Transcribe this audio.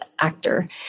actor